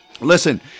Listen